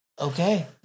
Okay